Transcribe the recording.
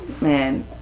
man